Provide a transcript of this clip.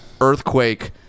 earthquake